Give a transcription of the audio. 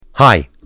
hi